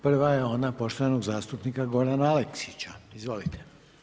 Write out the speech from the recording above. Prva je ona poštovanog zastupnika Gorana Aleksića, izvolite.